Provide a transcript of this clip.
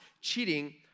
cheating